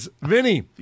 Vinny